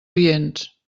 oients